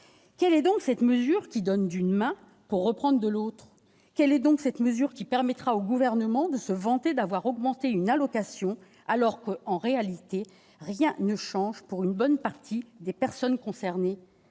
Quelle est donc cette mesure qui donne d'une main pour reprendre de l'autre ? Quelle est donc cette mesure qui permettra au Gouvernement de se vanter d'avoir augmenté une allocation alors que, en réalité, rien ne change pour une bonne partie des personnes concernées ?